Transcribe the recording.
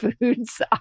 foods